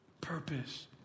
purpose